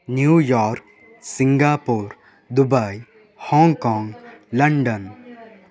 New York Singapore Dubai Hong Kong London